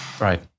Right